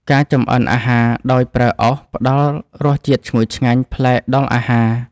ការចម្អិនអាហារដោយប្រើអុសផ្ដល់រសជាតិឈ្ងុយឆ្ងាញ់ប្លែកដល់អាហារ។